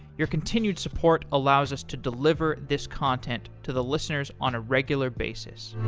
your continued support allows us to deliver this content to the listeners on a regular basis